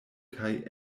kaj